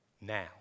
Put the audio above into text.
Now